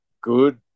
good